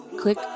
Click